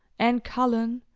ann cullen,